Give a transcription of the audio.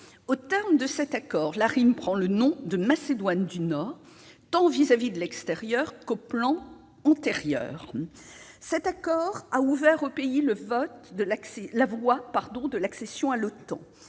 Aux termes de cet accord, l'ARYM a pris le nom de Macédoine du Nord, tant vis-à-vis de l'extérieur qu'au plan intérieur. Cet accord a ouvert au pays la voie de l'accession à l'OTAN.